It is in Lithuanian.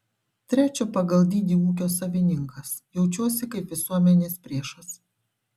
trečio pagal dydį ūkio savininkas jaučiuosi kaip visuomenės priešas